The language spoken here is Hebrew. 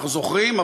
אנחנו זוכרים,